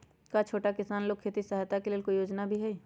का छोटा किसान लोग के खेती सहायता के लेंल कोई योजना भी हई?